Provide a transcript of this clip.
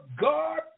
God